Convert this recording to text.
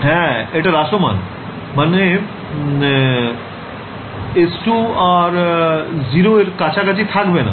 হ্যাঁ এটা হ্রাসমান মানে s2 আর 0এর কাছাকাছি থাকবে না